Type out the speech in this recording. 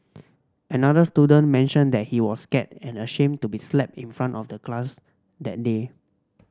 another student mentioned that he was scared and ashamed to be slapped in front of the glass that day